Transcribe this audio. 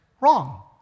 wrong